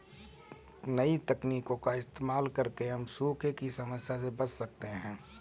नई तकनीकों का इस्तेमाल करके हम सूखे की समस्या से बच सकते है